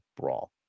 brawl